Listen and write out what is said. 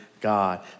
God